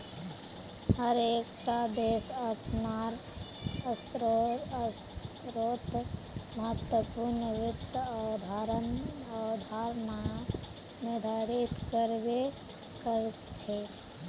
हर एक टा देश अपनार स्तरोंत महत्वपूर्ण वित्त अवधारणाएं निर्धारित कर बे करछे